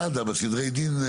אבל סדרי דין,